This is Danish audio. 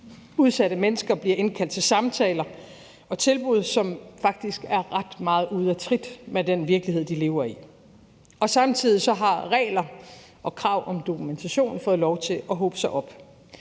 Udsatte mennesker bliver indkaldt til samtaler og tilbud, som faktisk er ret meget ude af trit med den virkelighed, de lever i. Samtidig har regler og krav om dokumentation fået lov til at hobe sig op.